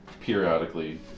periodically